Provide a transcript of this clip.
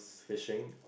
fishing